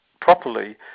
properly